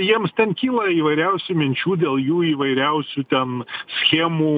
jiems ten kyla įvairiausių minčių dėl jų įvairiausių ten schemų